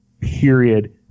period